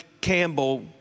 Campbell